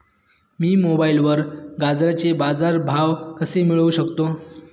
मी मोबाईलवर गाजराचे बाजार भाव कसे मिळवू शकतो?